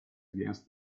against